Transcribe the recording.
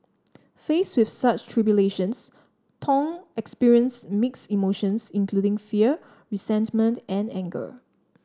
faced with such tribulations Thong experienced mixed emotions including fear resentment and anger